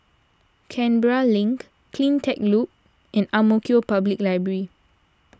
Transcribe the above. Canberra Link CleanTech Loop and Ang Mo Kio Public Library